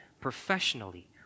professionally